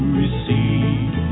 receive